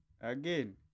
Again